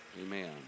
Amen